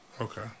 Okay